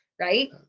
right